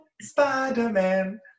Spider-Man